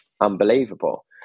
unbelievable